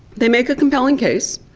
they make a compelling case,